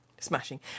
Smashing